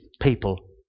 people